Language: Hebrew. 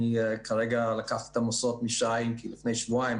כרגע לקחתי --- משי לפני שבועיים,